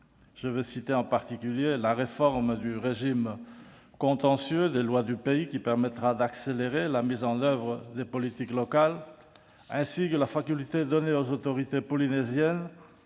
Je citerai en particulier la réforme du régime contentieux des lois du pays, qui permettra d'accélérer la mise en oeuvre des politiques locales, la faculté donnée aux autorités polynésiennes